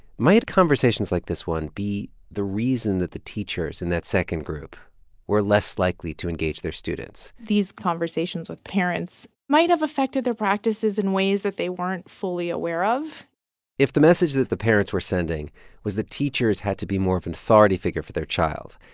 might conversations like this one be the reason that the teachers in that second group were less likely to engage their students? these conversations with parents might have affected their practices in ways that they weren't fully aware of if the message that the parents were sending was that teachers had to be more of an authority figure for their child,